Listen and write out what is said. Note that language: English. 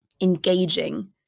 engaging